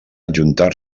adjuntar